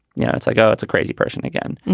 you know, it's like go. it's a crazy person again.